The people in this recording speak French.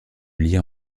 lien